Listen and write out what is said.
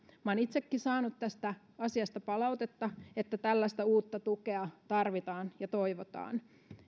olen itsekin saanut tästä asiasta palautetta että tällaista uutta tukea tarvitaan ja toivotaan